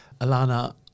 Alana